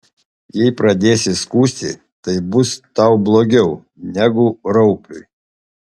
jei pradėsi skųsti tai bus tau blogiau negu raupiui